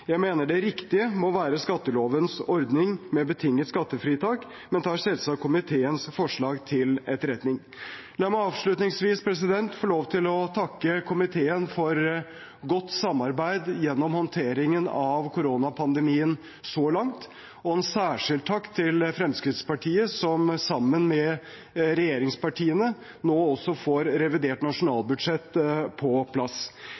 Jeg mener det riktige må være skattelovens ordning med betinget skattefritak, men tar selvsagt komiteens forslag til etterretning. Jeg må avslutningsvis få lov til å takke komiteen for godt samarbeid gjennom håndteringen av koronapandemien så langt. En særskilt takk til Fremskrittspartiet, som sammen med regjeringspartiene nå også får revidert nasjonalbudsjett på plass.